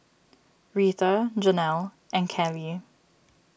Rheta Jonell and Callie